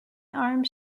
arms